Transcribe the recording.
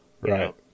Right